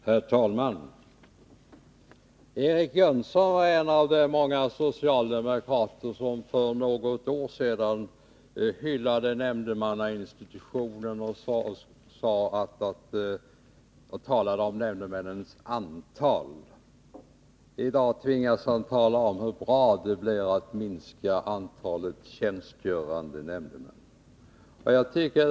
Herr talman! Eric Jönsson är en av de många socialdemokrater som för något år sedan hyllade nämndemannainstitutionen och talade om betydelsen avatt bibehålla antalet nämndemän. I dag tvingas han tala om hur bra det blir om man minskar antalet tjänstgörande nämndemän.